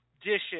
dishes